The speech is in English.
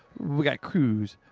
we got cruise.